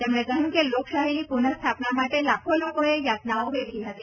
તેમણે કહ્યું કે લોકશાહીની પુનઃસ્થાપના માટે લાખ્ખો લોકોએ યાતનાઓ વેઠી હતી